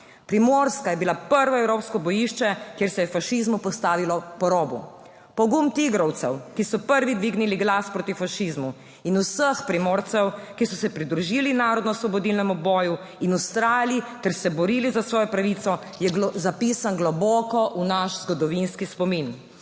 Primorska je bila prvo evropsko bojišče, ki se je fašizmu postavilo po robu. Pogum tigrovcev, ki so prvi dvignili glas proti fašizmu, in vseh Primorcev, ki so se pridružili narodnoosvobodilnemu boju in vztrajali ter se borili za svojo pravico, je zapisan globoko v naš zgodovinski spomin.